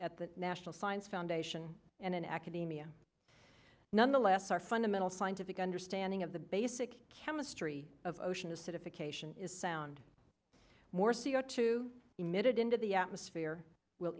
at the national science foundation and in academia nonetheless our fundamental scientific understanding of the basic chemistry of ocean acidification is sound more c o two emitted into the atmosphere will